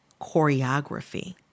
choreography